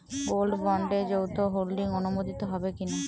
Gold বন্ডে যৌথ holding অনুমোদিত হবে কিনা?